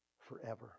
forever